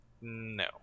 No